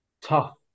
tough